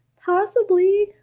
possibly?